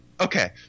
Okay